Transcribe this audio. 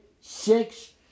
six